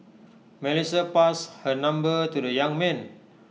Melissa passed her number to the young man